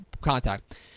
contact